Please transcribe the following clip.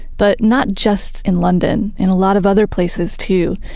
but not just in london, in a lot of other places too,